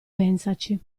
pensaci